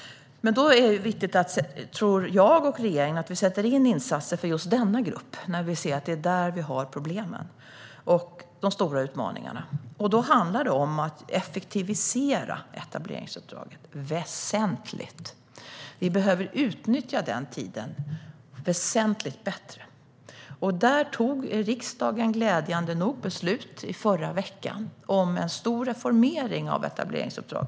Jag och regeringen tror att det är viktigt att vi sätter in insatser för just denna grupp, eftersom vi ser att det är där vi har problemen och de stora utmaningarna. Det handlar om att effektivisera etableringsuppdraget väsentligt. Vi behöver utnyttja den tiden väsentligt bättre. Glädjande nog fattade riksdagen i förra veckan beslut om en stor reformering av etableringsuppdraget.